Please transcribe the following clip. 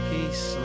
Peace